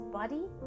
body